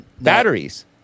batteries